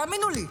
תאמינו לי,